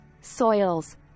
soils